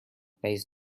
pays